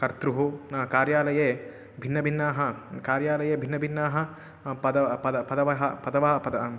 कर्त्रुः न कार्यालये भिन्नभिन्न कार्यालये भिन्नभिन्न पदं पदं पदं पदवा पदम्